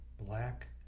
Black